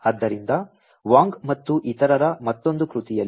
ಆದ್ದರಿಂದ ವಾಂಗ್ ಮತ್ತು ಇತರರ ಮತ್ತೊಂದು ಕೃತಿಯಲ್ಲಿ